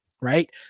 right